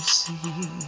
see